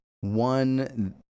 one